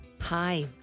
Hi